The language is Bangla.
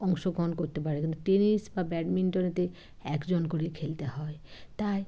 অংশগহণ করতে পারে কিন্তু টেনিস বা ব্যাডমিন্টনেতে একজন করে খেলতে হয় তাই